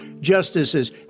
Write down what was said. justices